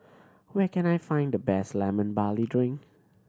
where can I find the best Lemon Barley Drink